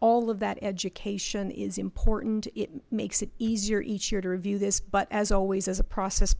all of that education is important it makes it easier each year to review this but as always as a process